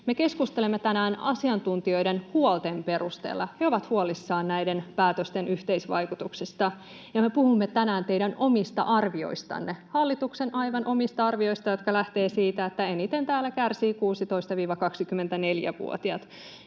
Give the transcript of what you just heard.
keskustelemme tänään asiantuntijoiden huolten perusteella. He ovat huolissaan näiden päätösten yhteisvaikutuksesta. Ja me puhumme tänään teidän omista arvioistanne, hallituksen aivan omista arvioista, jotka lähtevät siitä, että eniten täällä kärsivät 16—24-vuotiaat.